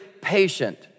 patient